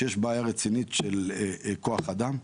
שיש בעיה רצינית של כוח אדם.